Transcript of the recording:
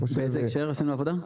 באיזה הקשר עשינו עבודה?